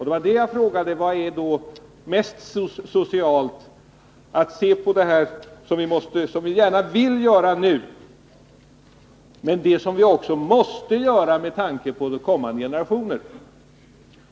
Det var därför jag frågade: Vad är mest socialt — det som vi gärna vill göra nu eller det som vi måste göra med tanke på kommande generationer?